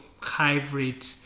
hybrid